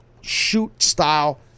shoot-style